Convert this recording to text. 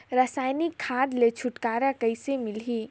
रसायनिक खाद ले छुटकारा कइसे मिलही?